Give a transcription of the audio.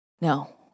No